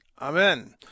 Amen